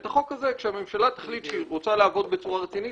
והחוק הזה כשהממשלה תחליט שהיא רוצה לעבוד בצורה רצינית,